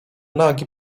nagi